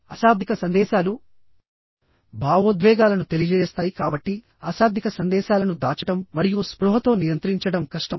అశాబ్దిక సందేశాలు భావోద్వేగాలను తెలియజేస్తాయి కాబట్టి అశాబ్దిక సందేశాలను దాచడం మరియు స్పృహతో నియంత్రించడం కష్టం